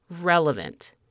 relevant